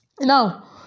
Now